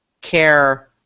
care